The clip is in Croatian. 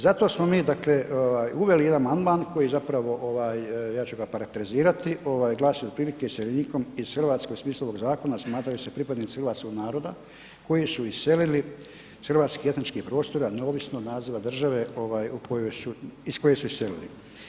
Zato smo mi dakle uveli jedan amandman koji zapravo, ja ću ga parafrazirati, glasi otprilike iseljenikom iz Hrvatske u smislu ovog zakona smatraju se pripadnici hrvatskog naroda koji su iselili iz hrvatskih etničkih prostora neovisno od naziva države iz koje su iselili.